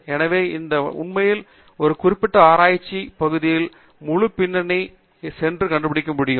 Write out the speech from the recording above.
எனவே இந்த வழி உண்மையில் நாம் ஒரு குறிப்பிட்ட ஆராய்ச்சி பகுதியில் முழு பின்னணி சென்று கண்டுபிடிக்க முடியும்